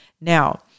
Now